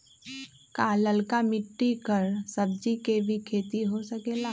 का लालका मिट्टी कर सब्जी के भी खेती हो सकेला?